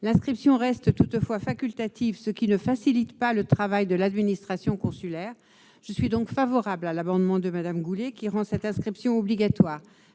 L'inscription reste toutefois facultative, ce qui ne facilite pas le travail de l'administration consulaire. Je suis donc favorable à l'amendement de Mme Goulet, qui rend cette inscription obligatoire.